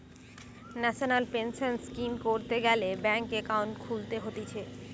national pension scheme করতে গ্যালে bank account খুলতে হতিছে